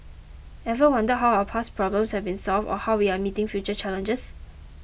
ever wonder how our past problems have been solved or how we are meeting future challenges